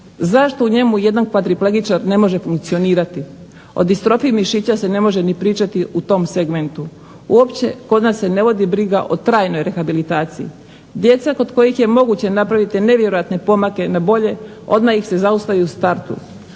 zašto u njemu jedan kvadriplegičar ne može funkcionirati. O distrofiji mišića se ne može ni pričati u tom segmentu. Uopće kod nas se ne vodi briga o trajnoj rehabilitaciji. Djeca kod kojih je moguće napraviti nevjerojatne pomake na bolje odmah ih se zaustavi u startu.